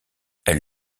elle